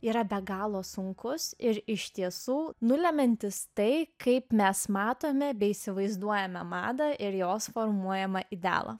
yra be galo sunkus ir iš tiesų nulemiantis tai kaip mes matome bei įsivaizduojame madą ir jos formuojamą idealo